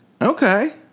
okay